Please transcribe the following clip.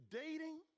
dating